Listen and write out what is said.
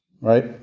Right